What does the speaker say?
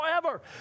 forever